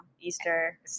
Easter